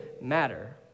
matter